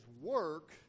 work